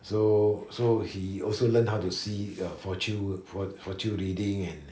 so so he also learnt how to see your fortune fortune reading and